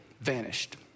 vanished